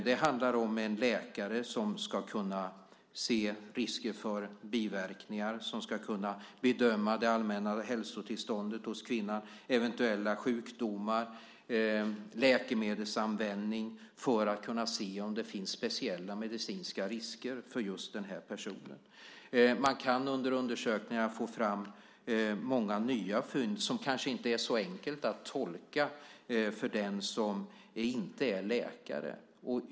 Det handlar om att läkare ska kunna se risker för biverkningar, ska kunna bedöma det allmänna hälsotillståndet hos kvinnan, eventuella sjukdomar och läkemedelsanvändning för att kunna se om det finns speciella medicinska risker för just den här personen. Man kan under undersökningarna få fram många nya fynd som kanske inte är så enkla att tolka för den som inte är läkare.